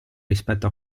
rispetto